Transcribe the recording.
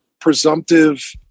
presumptive